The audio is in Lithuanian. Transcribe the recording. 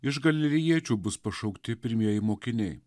iš galilijierčių bus pašaukti pirmieji mokiniai